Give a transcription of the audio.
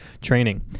Training